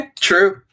True